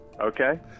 Okay